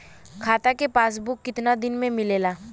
खाता के पासबुक कितना दिन में मिलेला?